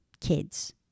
kids